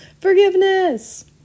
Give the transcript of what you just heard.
Forgiveness